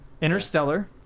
Interstellar